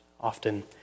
often